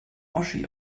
oschi